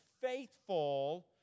faithful